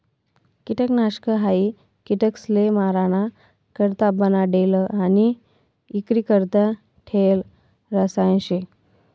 किटकनाशक हायी किटकसले माराणा करता बनाडेल आणि इक्रीकरता ठेयेल रसायन शे